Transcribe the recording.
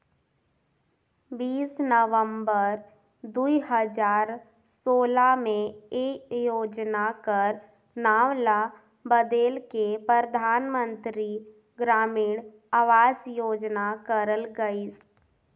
बीस नवंबर दुई हजार सोला में ए योजना कर नांव ल बलेद के परधानमंतरी ग्रामीण अवास योजना करल गइस